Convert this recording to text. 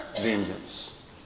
Vengeance